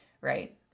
right